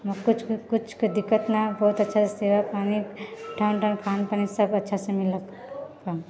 कुछ कुछके दिक्कत नहि बहुत अच्छासँ सेवा पानि मान दान खान पान सब अच्छासँ मिललक